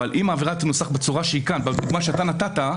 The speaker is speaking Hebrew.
אבל אם העבירה תנוסח בצורה שהיא בדוגמה שנתת,